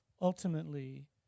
ultimately